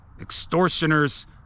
extortioners